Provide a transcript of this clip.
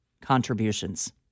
contributions